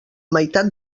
meitat